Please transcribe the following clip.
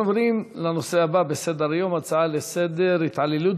נעבור להצעות לסדר-היום בנושא: ההתעללות